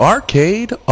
Arcade